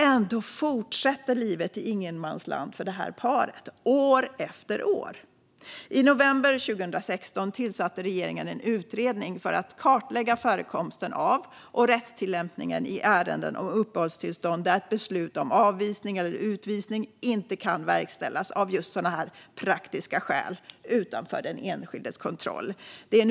Ändå fortsätter livet i ingenmansland för detta par, år efter år. I november 2016 tillsatte regeringen en utredning för att kartlägga förekomsten av och rättstillämpningen i ärenden om uppehållstillstånd där ett beslut om avvisning eller utvisning inte kan verkställas av just sådana praktiska skäl utanför den enskildes kontroll.